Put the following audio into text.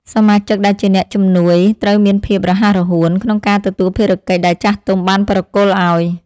សមាជិកដែលជាអ្នកជំនួយត្រូវមានភាពរហ័សរហួនក្នុងការទទួលភារកិច្ចដែលចាស់ទុំបានប្រគល់ឱ្យ។